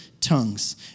tongues